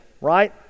right